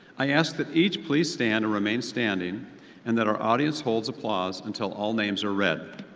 i ask that each please stand and remain standing and that our audience holds applause until all names are read.